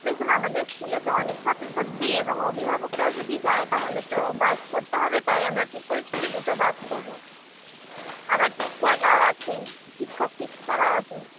দেখুন আমাদের স্কুলে তো অনেক ছাত্রছাত্রী এবং অভিভাবকরাও যদি যায় তাহলে তো বাস করতে হবে তাই আমরা ঠিক করেছি যে দুটো বাস করব আবার টিচাররাও আছেন শিক্ষক শিক্ষিকারাও আছেন